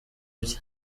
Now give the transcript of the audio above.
bye